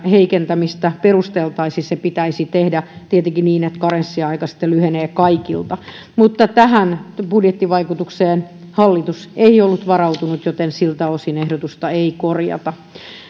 heikentämistä perusteltaisiin se pitäisi tehdä tietenkin niin että karenssiaika sitten lyhenee kaikilta mutta tähän budjettivaikutukseen hallitus ei ollut varautunut joten siltä osin ehdotusta ei korjata